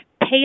pay